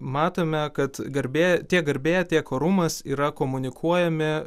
matome kad garbė tiek garbė tiek orumas yra komunikuojami